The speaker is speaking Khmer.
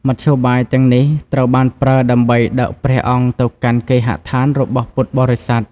មធ្យោបាយទាំងនេះ ត្រូវបានប្រើ ដើម្បីដឹកព្រះអង្គទៅកាន់គេហដ្ឋានរបស់ពុទ្ធបរិស័ទ។